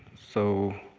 so